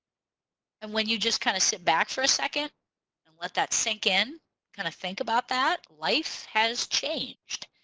and when you just kind of sit back for a second and let that sink in kind of think about that life has changed.